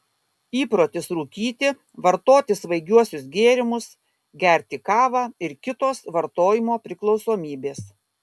įprotis rūkyti vartoti svaigiuosius gėrimus gerti kavą ir kitos vartojimo priklausomybės